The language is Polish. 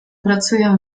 pracuję